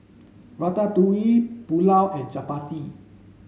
Ratatouille Pulao and Chapati